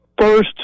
first